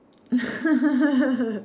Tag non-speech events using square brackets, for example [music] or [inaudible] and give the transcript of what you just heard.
[laughs]